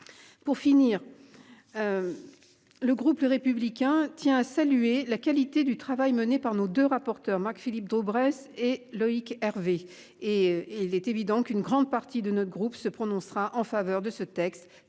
Pour finir. Le groupe Les Républicains tient à saluer la qualité du travail mené par nos deux rapporteurs Marc-Philippe Daubresse et Loïc Hervé et il est évident qu'une grande partie de notre groupe se prononcera en faveur de ce texte